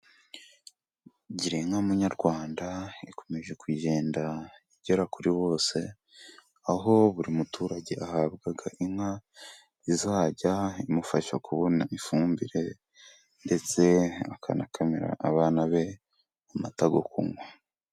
Girinka munyarwanda ikomeje kugenda igera kuri bose, aho buri muturage ahabwa inka izajya imufasha kubona ifumbire, ndetse akanakamira abana be amata yo kunywa.